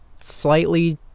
Slightly